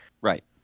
Right